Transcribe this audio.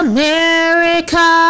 America